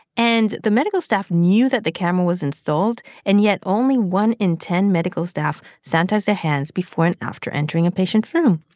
and the medical staff knew that the camera was installed and yet only one in ten medical staff sanitized their hands before and after entering a patient's room.